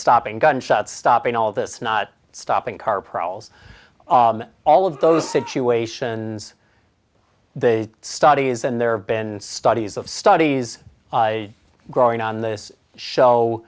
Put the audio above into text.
stopping gunshots stopping all this not stopping car prowls all of those situations the study is and there have been studies of studies growing on this show